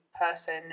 person